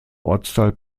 ortsteil